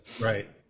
Right